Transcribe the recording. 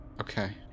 Okay